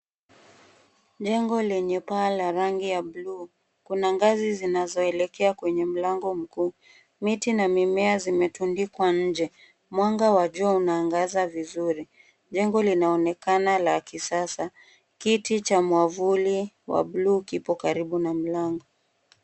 Jengo lenye paa la rangi ya blue . Kuna ngazi zinazoelekea kwenye lango mkuu. Miti na mimea zimetundizwa nje. Mwanga wa jua unaangaza vizuri. Jengo linaonekana la kisasa. Kiti cha mwavuli wa blue kipo karibu na mlango.